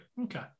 Okay